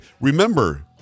Remember